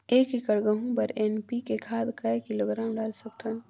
एक एकड़ गहूं बर एन.पी.के खाद काय किलोग्राम डाल सकथन?